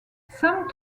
sam